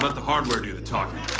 but the hardware do the talking.